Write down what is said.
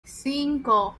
cinco